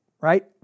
right